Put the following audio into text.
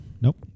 Nope